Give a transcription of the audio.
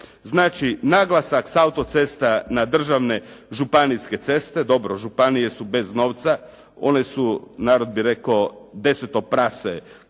Znači, naglasak sa autocesta na državne županijske ceste. Dobro, županije su bez novca. One su narod bi rekao, deseto prase, kada